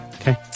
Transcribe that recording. Okay